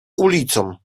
ulicą